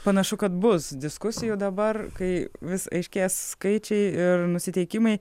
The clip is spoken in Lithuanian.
panašu kad bus diskusijų dabar kai vis aiškės skaičiai ir nusiteikimai